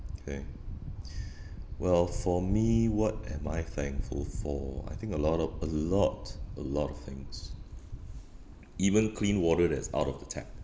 K well for me what am I thankful for I think a lot of a lot a lot of things even clean water that's out of the tap